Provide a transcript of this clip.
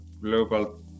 global